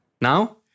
Now